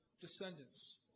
descendants